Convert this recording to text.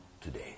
today